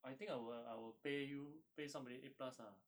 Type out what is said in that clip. I think I will I will pay you pay somebody eight plus ah